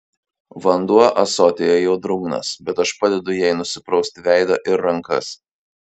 vanduo ąsotyje jau drungnas bet aš padedu jai nusiprausti veidą ir rankas